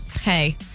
hey